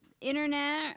Internet